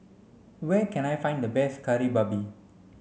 where can I find the best Kari Babi